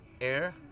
air